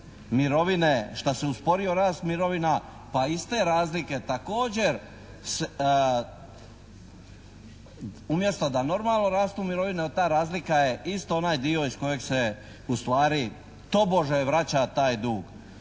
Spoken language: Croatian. šta se usporio rast mirovina pa iz te razlike također umjesto da normalno rastu mirovine ta razlika je isto onaj dio iz kojeg se ustvari tobože vraća taj dug.